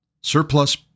Surplus